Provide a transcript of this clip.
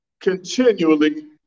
continually